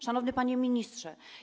Szanowny Panie Ministrze!